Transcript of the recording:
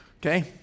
Okay